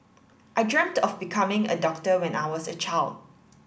I dreamt of becoming a doctor when I was a child